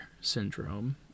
syndrome